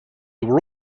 were